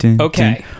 okay